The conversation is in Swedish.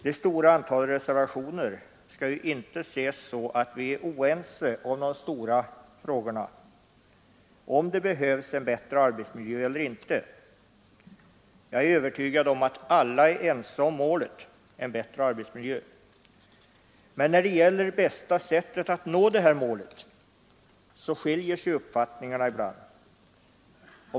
Det stora antalet reservationer skall inte ses som att vi är oense i den stora frågan — om det behövs en bättre arbetsmiljö eller inte. Jag är övertygad om att alla är ense om målet — en bättre arbetsmiljö — men när det gäller bästa sättet att nå detta mål skiljer sig uppfattningarna ibland.